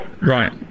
right